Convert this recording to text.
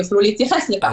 יוכלו להתייחס לכך.